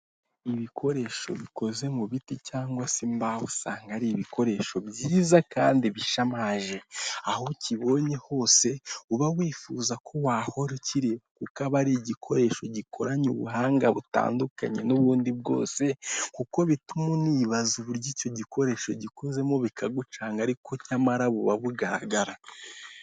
Ibikoresho bikoze mu biti cyangwa se imbaho usanga ari ibikoresho byiza kandi bishamaje, aho ukibonye hose uba wifuza ko wahora ukiri kuko aba ari igikoresho gikoranye ubuhanga butandukanye n'ubundi bwose, kuko bituma uniza uburyo icyo gikoresho gikozemo bikagucanga ariko nyamara buba bugaragara.